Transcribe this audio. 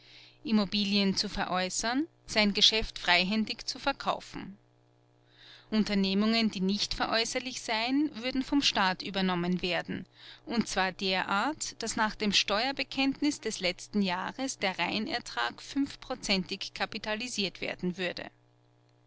immobilien zu veräußern sein geschäft freihändig zu verkaufen unternehmungen die nicht veräußerlich seien würden vom staat übernommen werden und zwar derart daß nach dem steuerbekenntnis des letzten jahres der reinertrag fünfprozentig kapitalisiert werden würde